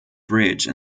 bridge